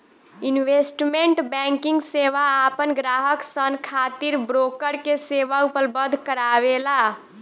investment banking सेवा आपन ग्राहक सन खातिर ब्रोकर के सेवा उपलब्ध करावेला